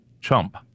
chump